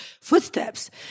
footsteps